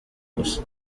gusa